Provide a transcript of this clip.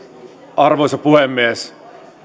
arvoisa puhemies